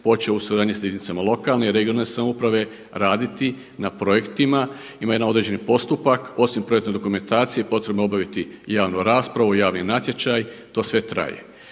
počeo u suradnji sa jedinicama lokalne i regionalne samouprave raditi na projektima. Ima jedan određeni postupak osim projektne dokumentacije potrebno je obaviti i javnu raspravu i javni natječaj, to sve traje.